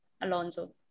Alonso